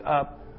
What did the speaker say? up